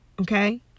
Okay